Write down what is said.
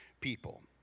people